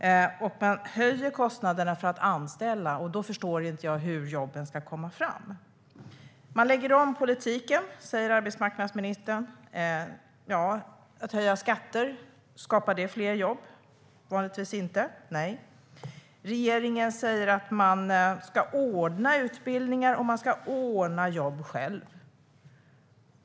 Man höjer kostnaderna för att anställa. Då förstår jag inte hur jobben ska komma fram. Man lägger om politiken, säger arbetsmarknadsministern. Men att höja skatter, skapar det fler jobb? Nej, vanligtvis inte. Regeringen säger att man ska ordna utbildningar och ordna jobb själv.